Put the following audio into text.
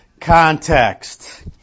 context